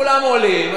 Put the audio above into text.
לא צריך קריטריונים,